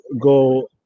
go